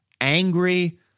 angry